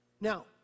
Now